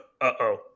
uh-oh